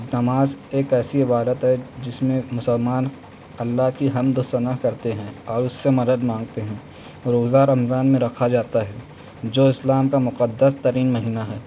نماز ایک ایسی عبادت ہے جس میں مسلمان اللہ کی حمد و ثناء کرتے ہیں اور اس سے مدد مانگتے ہیں روزہ رمضان میں رکھا جاتا ہے جو اسلام کا مقدس ترین مہینہ ہے